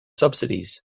subsidies